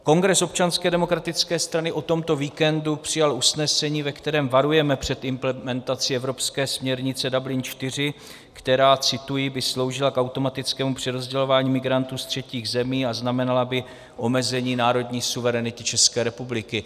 Kongres Občanské demokratické strany o tomto víkendu přijal usnesení, ve kterém varujeme před implementací evropské směrnice Dublin IV, která cituji by sloužila k automatickému přerozdělování migrantů z třetích zemí a znamenala by omezení národní suverenity České republiky.